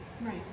Right